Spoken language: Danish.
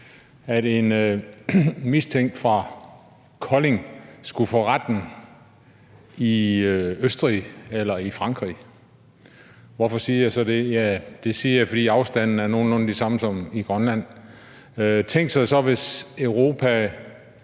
en mistænkt fra Kolding skulle for retten i Østrig eller i Frankrig. Og hvorfor siger jeg så det? Ja, det siger jeg, fordi afstandene er nogenlunde de samme som i Grønland. Tænk sig så, hvis Europa